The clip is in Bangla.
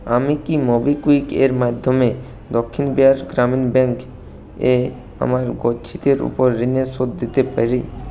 আমি কি মোবিকুইকের মাধ্যমে দক্ষিণ বিহার গ্রামীণ ব্যাঙ্কে গচ্ছিতের ওপর ঋণের শোধ দিতে পারি